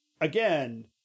again